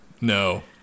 No